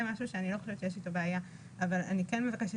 זה משהו שאני לא חושבת שיש אתו בעיה אבל אני כן מבקשת